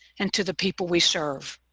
and to the people we serve.